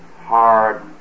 hard